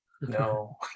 no